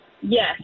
Yes